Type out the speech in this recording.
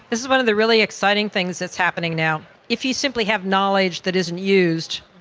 this is one of the really exciting things that's happening now. if you simply have knowledge that isn't used,